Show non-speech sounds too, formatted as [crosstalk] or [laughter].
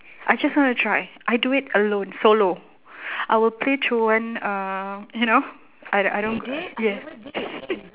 I just want to try I do it alone solo I will play truant um you know I I don't g~ uh yeah [laughs]